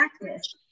practice